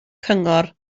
cyngor